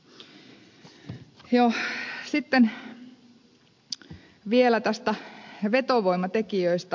sitten vielä näistä vetovoimatekijöistä